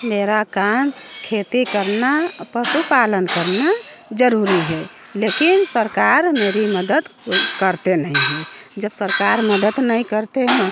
मेरा काम खेती करना पशु पालन करना जरूरी है लेकिन सरकार मेरी मदद करते नही है जब सरकार मदद नहीं करते हैं